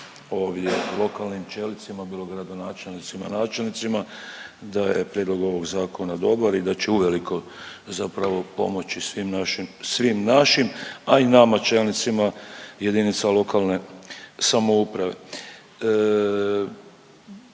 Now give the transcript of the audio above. ovdje lokalnim čelnicima bilo gradonačelnicima, načelnicima da je prijedlog ovog zakona dobar i da će uveliko zapravo pomoći svim našim, svim našim, a i nama čelnicima jedinica lokalne samouprave.